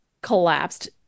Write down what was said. collapsed